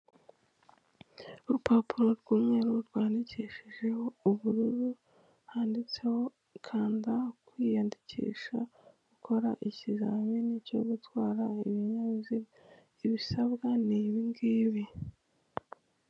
Urupapuro rw'umweru rwandikishijeho ubururu, handitseho kanda kwiyandikisha ukora ikizamini cyo gutwara ibinyabiziga, ibisabwa ni ibi ngibi.